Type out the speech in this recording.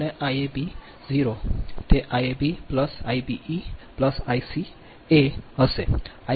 અને Iab0 તે Iab Ibe Ica હશે Iabo 0 બનશે